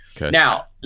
Now